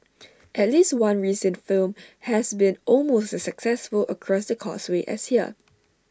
at least one recent film has been almost successful across the causeway as here